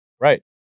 right